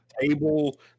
table